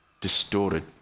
distorted